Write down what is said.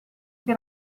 che